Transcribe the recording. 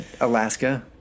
Alaska